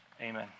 Amen